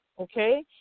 Okay